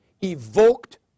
Evoked